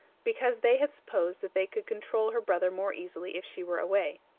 because they had supposed that they could control her brother more easily if she were away.